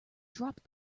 drop